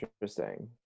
Interesting